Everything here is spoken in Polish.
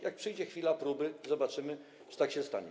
Jak przyjdzie chwila próby, zobaczymy, czy tak się stanie.